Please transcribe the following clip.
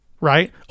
right